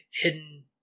hidden